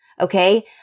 okay